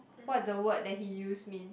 what the word that he use mean